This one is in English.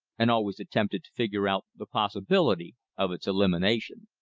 and always attempted to figure out the possibility of its elimination.